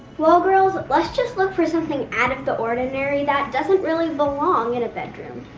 well girls, let's just look for something out of the ordinary that doesn't really belong in a bedroom.